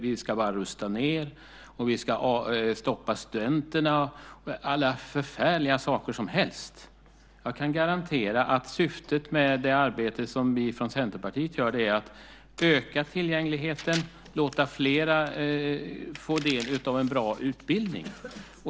Vi ska bara rusta ned, vi ska stoppa studenterna och hur många förfärliga saker som helst. Jag kan garantera att syftet med det arbete som vi från Centerpartiet bedriver är att öka tillgängligheten och låta fler få del av en bra utbildning.